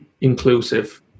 inclusive